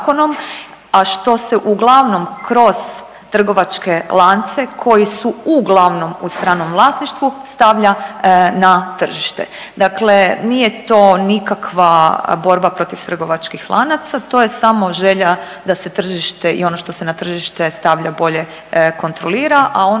a što se uglavnom kroz trgovačke lance koji su uglavnom u stranom vlasništvu stavlja na tržište. Dakle, nije to nikakva borba protiv trgovačkih lanaca. To je samo želja da se tržište i ono što se na tržište stavlja bolje kontrolira, a ono što ne odgovara zakonu da